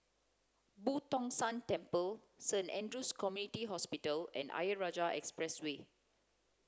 Boo Tong San Temple Saint Andrew's Community Hospital and Ayer Rajah Expressway